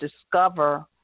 discover